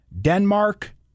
Denmark